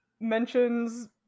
mentions